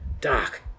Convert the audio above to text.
Doc